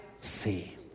see